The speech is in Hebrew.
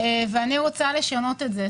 אני רוצה לשנות את המצב הזה,